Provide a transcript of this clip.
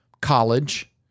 college